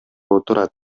отурат